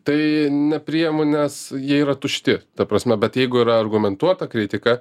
tai neprijemu nes jie yra tušti ta prasme bet jeigu yra argumentuota kritika